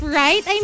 right